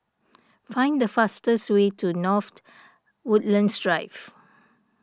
find the fastest way to North Woodlands Drive